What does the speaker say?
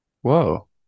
Whoa